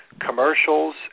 commercials